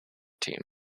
team